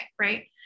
Right